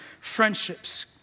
friendships